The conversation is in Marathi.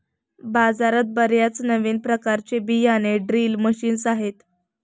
बाजारात बर्याच नवीन प्रकारचे बियाणे ड्रिल मशीन्स आहेत